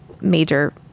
major